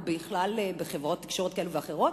או בחברות תקשורת כאלה ואחרות,